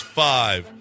five